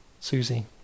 Susie